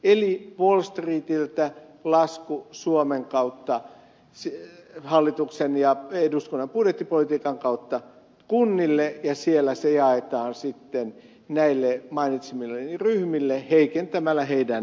eli wall streetiltä lasku suomen hallituksen ja eduskunnan budjettipolitiikan kautta kunnille ja siellä se jaetaan sitten näille mainitsemilleni ryhmille heikentämällä heidän peruspalvelujaan